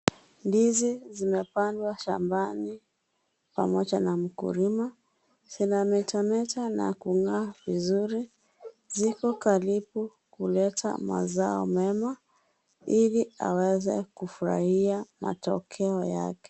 Ndizi zinapandwa shambani pamoja na mkulima, zinametameta na kungaa vizuri, ziko karibu kuleta mazao mema ili aweze kufurahia matokeo yake.